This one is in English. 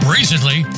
Recently